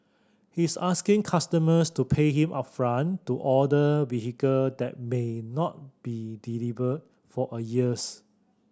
he's asking customers to pay him upfront to order vehicle that may not be delivered for a years